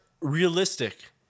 realistic